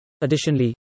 Additionally